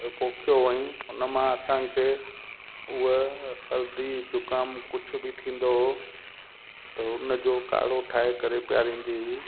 पोखियो ऐं उन मां असांखे हूअ सर्दी जुख़ाम कुझु बि थींदो हो त उन जो काढ़ो ठाहे करे पीआरींदी हुई